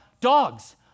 dogs